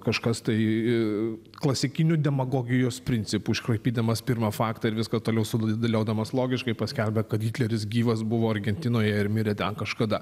kažkas tai klasikiniu demagogijos principu iškraipydamas pirmą faktą ir viską toliau sudėliodamas logiškai paskelbia kad hitleris gyvas buvo argentinoje ir mirė ten kažkada